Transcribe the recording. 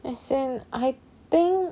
as in I think